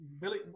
Billy –